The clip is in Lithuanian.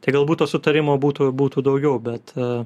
tai galbūt to sutarimo būtų būtų daugiau bet